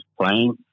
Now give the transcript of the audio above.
playing